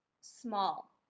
small